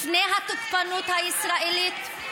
לפני התוקפנות הישראלית?